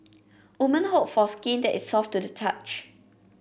women hope for skin that is soft to the touch